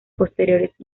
posteriores